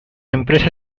empresa